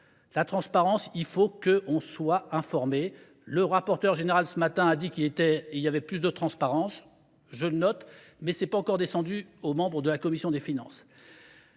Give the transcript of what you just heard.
La transparence, il faut qu'on soit informé. Le rapporteur général ce matin a dit qu'il y avait plus de transparence, je le note, mais ce n'est pas encore descendu aux membres de la Commission des Finances.